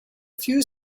few